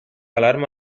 alarma